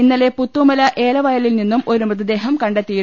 ഇന്നലെ പുത്തുമല ഏലവയിലിൽ നിന്നും ഒരു മൃതദേഹം കണ്ടെത്തിയിരുന്നു